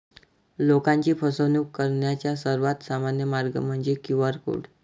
लोकांची फसवणूक करण्याचा सर्वात सामान्य मार्ग म्हणजे क्यू.आर कोड